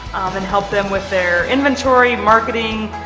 and help them with their inventory, marketing,